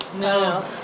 No